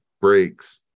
breaks